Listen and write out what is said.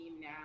now